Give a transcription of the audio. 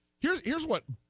your cares what